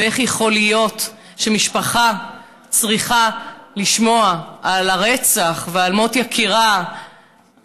ואיך יכול להיות שמשפחה צריכה לשמוע על הרצח ועל מות יקירה,